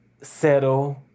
settle